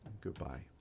Goodbye